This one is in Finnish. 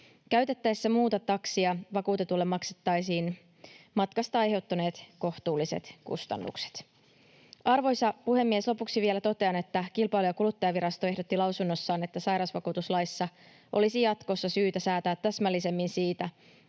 Käytettäessä muuta taksia vakuutetulle maksettaisiin matkasta aiheutuneet kohtuulliset kustannukset. Arvoisa puhemies! Lopuksi vielä totean, että Kilpailu- ja kuluttajavirasto ehdotti lausunnossaan, että sairausvakuutuslaissa olisi jatkossa syytä säätää täsmällisemmin siitä,